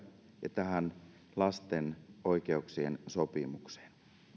tähän lasten oikeuksien sopimukseen